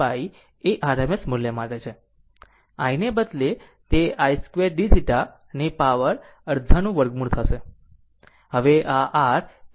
i ને બદલે તે i2dθ ની પાવર અડધાનું વર્ગમૂળ હશે